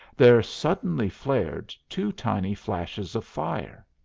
there suddenly flared two tiny flashes of fire.